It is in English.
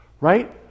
right